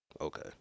okay